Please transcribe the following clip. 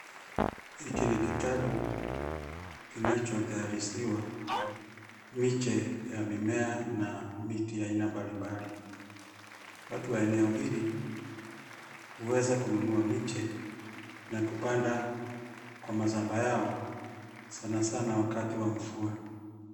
Hiki ni kitalu, kinachotayarishiwa, miche ya mimea na miti aina mbali mbali, watu wa eneo hili, huweza kununua miche na kupanda kwa mashamba yao, sana sana wakati wa mvua.